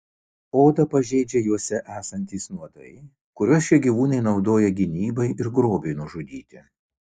odą pažeidžia juose esantys nuodai kuriuos šie gyvūnai naudoja gynybai ir grobiui nužudyti